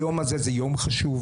היום הזה הוא יום חשוב.